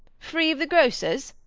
free of the grocers?